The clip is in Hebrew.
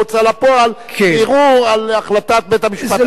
לפועל כערעור על החלטת בית-המשפט הגבוה לצדק?